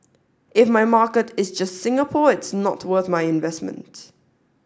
if my market is just Singapore it's not worth my investment